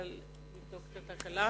יש פה תקלה.